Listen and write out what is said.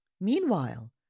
Meanwhile